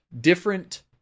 different